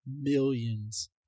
millions